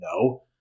No